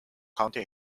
county